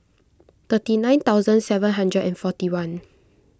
thirty nine thousand seven hundred and forty one